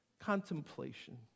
contemplation